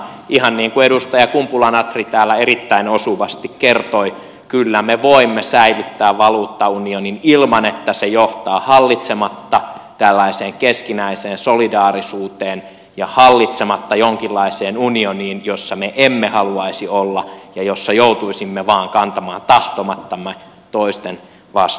ihan niin kuin edustaja kumpula natri täällä erittäin osuvasti kertoi kyllä me voimme säilyttää valuuttaunionin ilman että se johtaa hallitsematta tällaiseen keskinäiseen solidaarisuuteen ja hallitsematta jonkinlaiseen unioniin jossa me emme haluaisi olla ja jossa joutuisimme vaan kantamaan tahtomattamme toisten vastuita